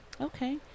Okay